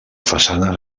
façanes